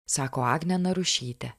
sako agnė narušytė